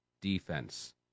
defense